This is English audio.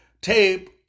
tape